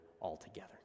altogether